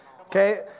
okay